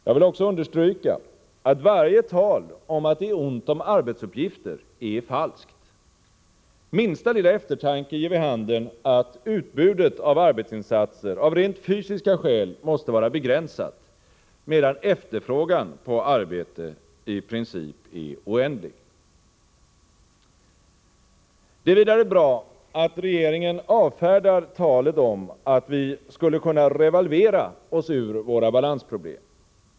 Jag vill också understryka att varje tal om att det är ont om arbetsuppgifter är falskt. Minsta lilla eftertanke ger vid handen att utbudet av arbetsinsatser av rent fysiska skäl måste vara begränsat, medan efterfrågan på arbete i princip är oändlig. Det är vidare bra att regeringen avfärdar talet om att vi skulle kunna revalvera oss ur våra balansproblem.